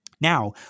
Now